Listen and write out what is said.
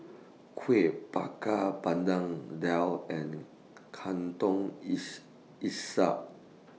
Kuih Bakar Pandan Daal and Laksa